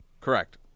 Correct